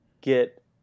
get